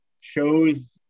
shows